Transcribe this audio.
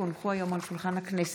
כי הונחו היום על שולחן הכנסת,